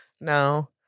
No